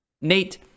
Nate